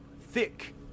thick